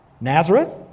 Nazareth